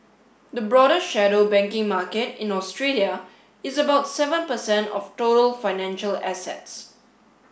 the broader shadow banking market in Australia is about seven per cent of total financial assets